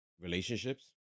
relationships